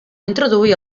introduir